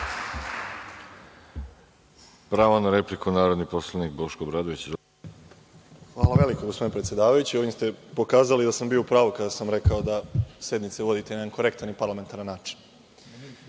Hvala veliko, gospodine predsedavajući, ovim ste pokazali da sam bio u pravu kada sam rekao da sednice vodite na jedan korektan i parlamentaran način. Ono